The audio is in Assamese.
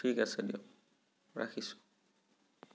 ঠিক আছে দিয়ক ৰাখিছোঁ